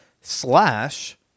slash